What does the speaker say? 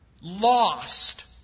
lost